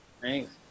Thanks